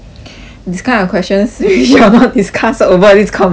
this kind of question simi 要 discuss over this conversation